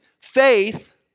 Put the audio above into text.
faith